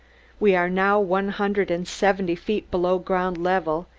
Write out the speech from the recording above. we are now one hundred and seventy feet below ground level,